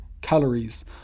calories